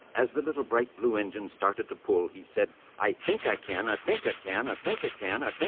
as the little bright blue engine started to pull he said i think i can, i think i and and